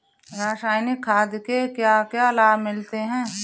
रसायनिक खाद के क्या क्या लाभ मिलते हैं?